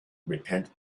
repent